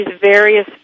various